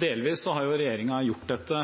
Delvis har jo regjeringen gjort dette